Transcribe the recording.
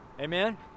Amen